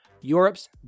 Europe's